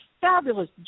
fabulous